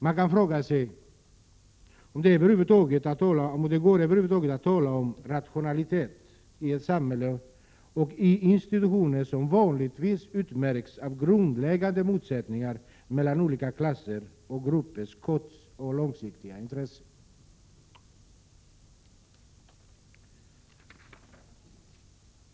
Man frågar sig om det över huvud taget går att tala om rationalitet i ett samhälle och när det gäller institutioner som vanligtvis utmärks av grundläggande motsättningar mellan olika klassers och gruppers kortoch långsiktiga intressen.